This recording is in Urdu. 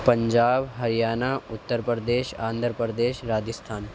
پنجاب ہریانہ اتّر پردیس آندھر پردیس راجستھان